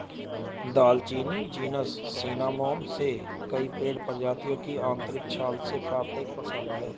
दालचीनी genus Cinnamomum से कई पेड़ प्रजातियों की आंतरिक छाल से प्राप्त एक मसाला है